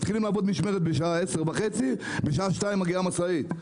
מתחילים לעבוד משמרת ב-22:30 ובשעה 2:00 מגיעה משאית.